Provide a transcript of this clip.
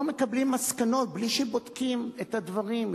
לא מקבלים מסקנות בלי שבודקים את הדברים,